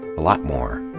a lot more.